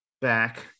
Back